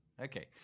Okay